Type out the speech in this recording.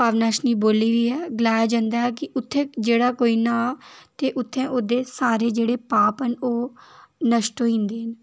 पाप नाशनी बौह्ली बी ऐ गलाया जंदा ऐ कि उत्थें जेह्ड़ा कोई न्हाऽ ते उत्थें ओह्दे सारे जेह्ड़े पाप न ओह् नश्ट होई जंदे